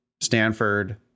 stanford